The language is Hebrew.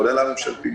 כולל הממשלתיים,